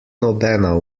nobena